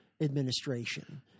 administration